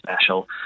special